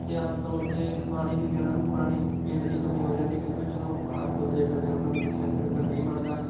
ਅਤੇ ਆਮ ਤੌਰ 'ਤੇ ਪਾਣੀ ਦੀ ਵੀ ਉਹਨਾਂ ਨੂੰ ਪਾਣੀ ਪੀਣ ਦੀ ਕਮੀ ਹੋ ਜਾਂਦੀ ਕਿਉਂਕਿ ਉਹ ਜਦੋਂ ਬਾਹਰ ਤੁਰਦੇ ਫਿਰਦੇ ਨੇ ਉਹਨਾਂ ਨੂੰ ਕੁਛ ਇੱਧਰ ਉੱਧਰ ਨਹੀਂ ਮਿਲਦਾ